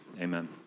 amen